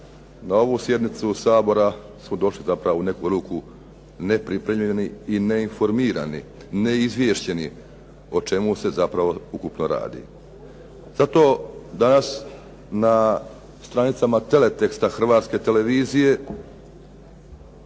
na ovu sjednicu Sabora smo došli zapravo u neku ruku nepripremljeni i neinformirani, neizvješćeni o čemu se zapravo ukupno radi. Zato danas na stranicama teleteksta Hrvatske televizije,